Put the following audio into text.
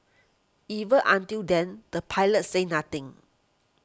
even until then the pilots said nothing